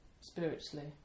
spiritually